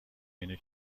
اینه